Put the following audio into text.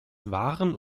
waren